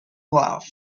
love